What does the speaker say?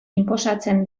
inposatzen